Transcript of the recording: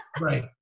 Right